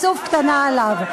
המילה "חצוף" קטנה עליו,